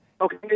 Okay